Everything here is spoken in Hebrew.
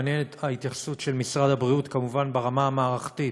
מעניינת ההתייחסות של משרד הבריאות כמובן ברמה המערכתית,